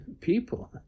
people